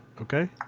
Okay